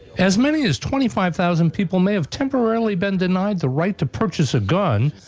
as many as twenty five thousand people may have temporarily been denied the right to purchase a gun.